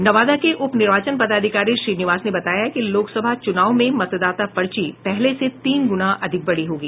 नवादा के उप निर्वाचन पदाधिकारी श्रीनिवास ने बताया है कि लोकसभा चूनाव में मतदाता पर्ची पहले से तीन गुना अधिक बड़ी होगी